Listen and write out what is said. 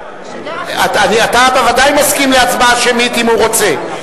אתה בוודאי מסכים להצבעה שמית, אם הוא רוצה,